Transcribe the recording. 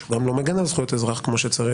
שהוא גם לא מגן על זכויות אזרח כמו שצריך,